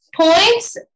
points